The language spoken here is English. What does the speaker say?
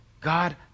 God